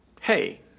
hey